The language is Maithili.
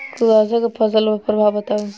कुहासा केँ फसल पर प्रभाव बताउ?